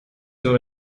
nur